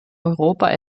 europa